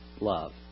love